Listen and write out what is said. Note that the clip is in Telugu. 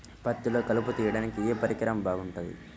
పత్తిలో కలుపు తీయడానికి ఏ పరికరం బాగుంటుంది?